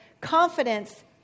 confidence